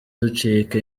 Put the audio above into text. ducika